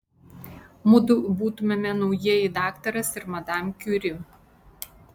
mudu būtumėme naujieji daktaras ir madam kiuri